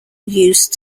used